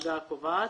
מהדרגה הקובעת.